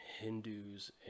Hindus